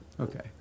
Okay